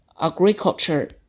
agriculture